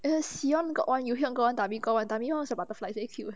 siyeon got one yoohyeon got one dami got one dami one was a butterfly very cute one